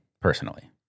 personally